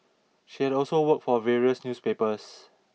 she had also worked for various newspapers